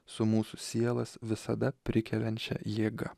su mūsų sielas visada prikeliančia jėga